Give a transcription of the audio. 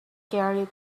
carried